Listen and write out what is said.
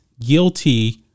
guilty